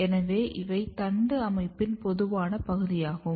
எனவே இவை தண்டு அமைப்பின் பொதுவான பகுதியாகும்